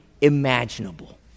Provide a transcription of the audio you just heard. imaginable